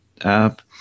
app